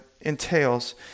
entails